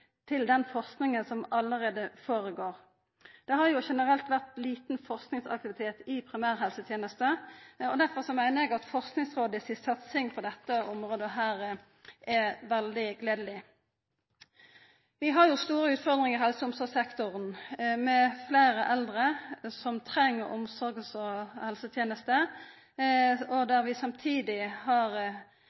til den forskinga som allereie går føre seg. Det har generelt vore lite forskingsaktivitet i primærhelsetenester, og derfor meiner eg at Forskingsrådet si satsing på dette området er veldig gledeleg. Vi har store utfordringar i helse- og omsorgssektoren, med fleire eldre som treng omsorgs- og helsetenester, og der vi samtidig har